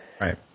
Right